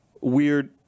weird